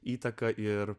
įtaka ir